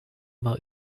war